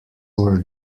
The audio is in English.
were